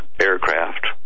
aircraft